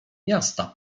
miasta